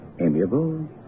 amiable